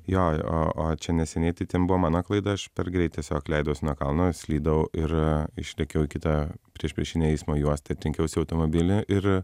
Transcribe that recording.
jo o o čia neseniai tai ten buvo mano klaida aš per greit tiesiog leidaus nuo kalno slydau ir išlėkiau į kitą priešpriešinę eismo juostą trenkiausi į automobilį ir